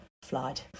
flood